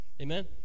Amen